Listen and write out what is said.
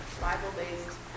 Bible-based